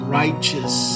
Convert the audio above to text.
righteous